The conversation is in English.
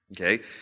Okay